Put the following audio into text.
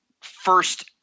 first